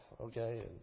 Okay